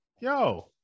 yo